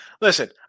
Listen